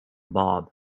bob